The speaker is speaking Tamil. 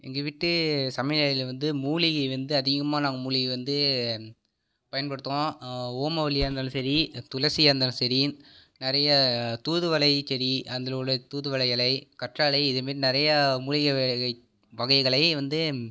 எங்கள் வீட்டு சமையலறையில் வந்து மூலிகை வந்து அதிகமாக நாங்கள் மூலிகை வந்து பயன்படுத்துவோம் ஓமவல்லியாக இருந்தாலும் சரி துளசியா இருந்தாலும் சரி நிறைய தூதுவளைச்செடி அதில் உள்ள தூதுவளை இலை கற்றாழை இதமாரி நிறையா மூலிகை வகை வகைகளை வந்து